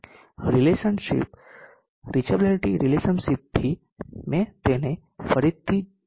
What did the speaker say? relationship reachability રિલેશનશિપથી મેં તેને ફરીથી 0